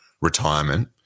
retirement